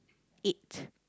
eight